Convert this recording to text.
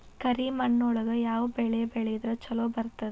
ಕರಿಮಣ್ಣೊಳಗ ಯಾವ ಬೆಳಿ ಬೆಳದ್ರ ಛಲೋ ಬರ್ತದ?